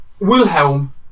Wilhelm